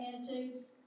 attitudes